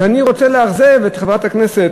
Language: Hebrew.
ואני רוצה לאכזב את חברת הכנסת